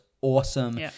awesome